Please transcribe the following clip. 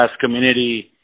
community